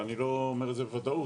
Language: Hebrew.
ואני לא אומר את זה בוודאות,